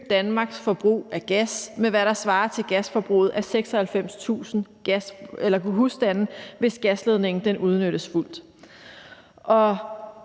Danmarks forbrug af gas med, hvad der svarer til gasforbruget af 96.000 husstande, hvis gasledningen udnyttes fuldt